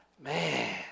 Man